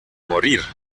morir